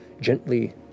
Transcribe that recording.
gently